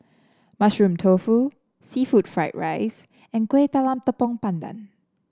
Mushroom Tofu seafood Fried Rice and Kuih Talam Tepong Pandan